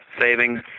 savings